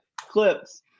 clips